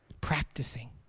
practicing